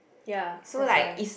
ya that's why